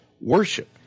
worship